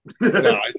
No